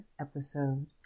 episode